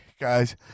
guys